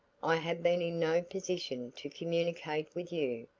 i have been in no position to communicate with you,